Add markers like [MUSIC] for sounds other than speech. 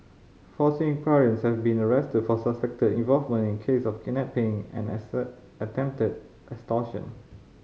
four Singaporeans have been arrested for suspected involvement in case of kidnapping and [UNINTELLIGIBLE] attempted extortion